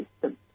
system